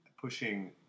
pushing